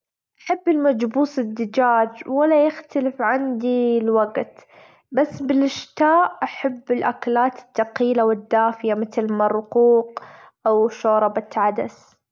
أحب المجبوس الدجاج ولا يختلف عندي الوجت، بس باللشتاء أحب الأكلات التقيلة، والدافية متل المرقوق أو شوربة عدس.